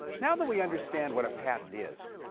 now that we understand what a patent is,